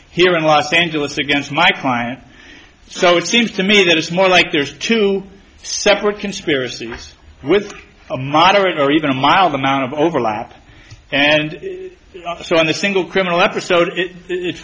here in los angeles against my client so it seems to me that it's more like there's two separate conspiracies with a moderate or even a mild amount of overlap and so on the single criminal episode